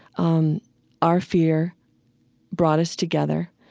um our fear brought us together.